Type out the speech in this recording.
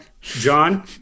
John